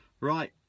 right